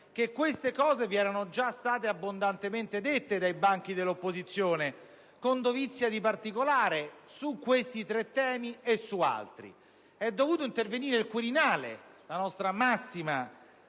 che queste cose erano già state abbondantemente dette dai banchi dell'opposizione, con dovizia di particolari, su questi tre temi e su altri. È dovuto intervenire il Quirinale - la nostra massima